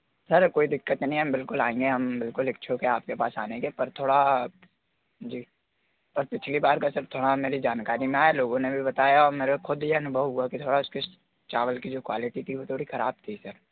sir कोई दिक़्क़त नहीं है हम बिल्कुल आएँगे हम बिल्कुल इच्छुक हैं आपके पास आने के पर थोड़ा जी पर पिछली बार का सर थोड़ा मेरी जानकारी में आया लोगों ने भी बताया और मेरा ख़ुद यह अनुभव हुआ कि थोड़ा इस चावल की जो क्वालिटी थी वो थोड़ी ख़राब थी सर